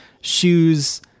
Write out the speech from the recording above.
shoes